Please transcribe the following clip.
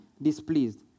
displeased